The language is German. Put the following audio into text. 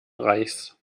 reichs